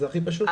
זה הכי פשוט.